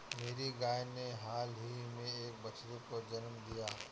मेरी गाय ने हाल ही में एक बछड़े को जन्म दिया